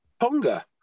Tonga